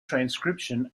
transcription